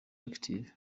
active